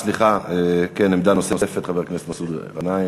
סליחה, עמדה נוספת, חבר הכנסת מסעוד גנאים,